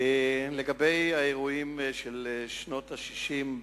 לגבי האירועים של שנות ה-60,